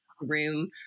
room